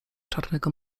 czarnego